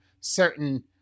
certain